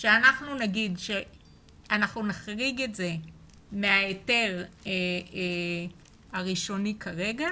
אנחנו נגיד שאנחנו נחריג את זה מההיתר הראשוני כרגע